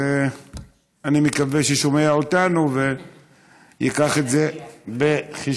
ואני מקווה שהוא שומע אותנו ויביא את זה בחשבון.